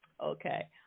Okay